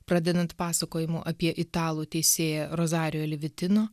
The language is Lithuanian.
pradedant pasakojimu apie italų teisėją rosario livitino